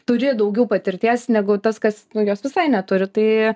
turi daugiau patirties negu tas kas nu jos visai neturi tai